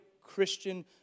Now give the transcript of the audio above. Christian